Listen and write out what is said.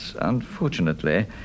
unfortunately